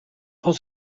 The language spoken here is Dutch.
van